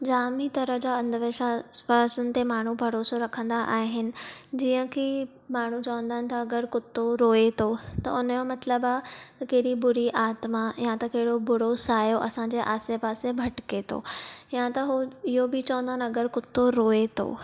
जाम इ तरह जा अंधविश्वासनि ते माण्हू भरोसो रखंदा आहिनि जीअं कि माण्हू चवंदा आहिनि कि अॻरि कुत्तो रोए थो त हुन जो मतिलब आहे कहिड़ी बुरी आत्मा या त कहिड़ो बुरो सायो असांजे आसि पासि भटिके थो या त हू इहो बि चवंदा आहिनि अॻरि कुत्तो रोए थो